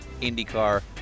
IndyCar